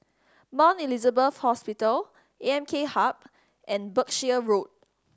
Mount Elizabeth Hospital A M K Hub and Berkshire Road